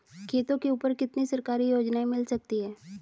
खेतों के ऊपर कितनी सरकारी योजनाएं मिल सकती हैं?